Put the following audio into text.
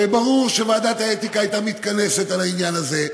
הרי ברור שוועדת האתיקה הייתה מתכנסת על העניין הזה.